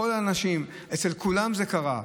אצל כל האנשים, אצל כולם זה קרה.